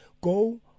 go